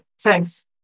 Thanks